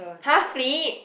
!huh! flip